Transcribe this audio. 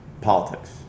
politics